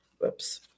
Whoops